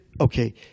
Okay